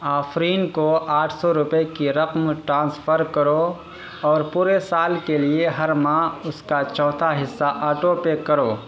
آفرین کو آٹھ سو روپئے کی رقم ٹرانسفر کرو اور پورے سال کے لیے ہر ماہ اس کا چوتھا حصہ آٹو پے کرو